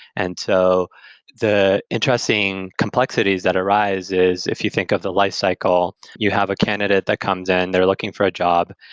and so the interesting complexities that arise is if you think of the lifecycle, you have a candidate that comes in, they're looking for a job,